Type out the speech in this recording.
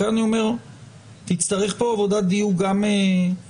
ולכן אני אומר שנצטרך פה עבודת דיוק גם מבחינתכם.